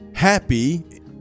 Happy